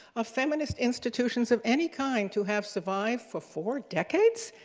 of feminist institutions of any kind to have survived for four decades.